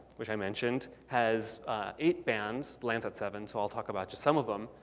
which i mentioned, has eight bands, landsat seven, so i'll talk about just some of them.